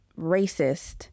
racist